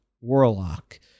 Warlock